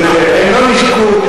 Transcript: אבל זה לא נכון.